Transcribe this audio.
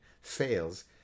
fails